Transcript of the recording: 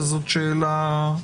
זאת שאלה.